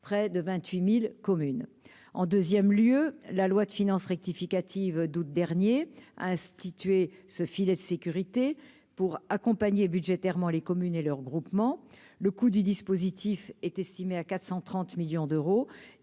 près de 28000 communes en 2ème lieu la loi de finances rectificative d'août dernier, a institué ce filet de sécurité pour accompagner budgétairement les communes et leurs groupements, le coût du dispositif est estimé à 430 millions d'euros